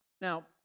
Now